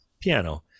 piano